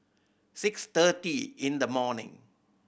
six thirty in the morning